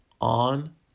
on